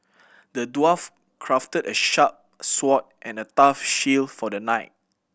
the dwarf crafted a sharp sword and a tough shield for the knight